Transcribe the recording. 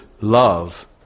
love